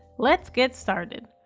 let's get started.